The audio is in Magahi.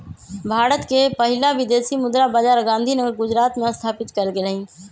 भारत के पहिला विदेशी मुद्रा बाजार गांधीनगर गुजरात में स्थापित कएल गेल हइ